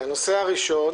הנושא הראשון